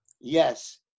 Yes